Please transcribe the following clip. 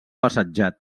assetjat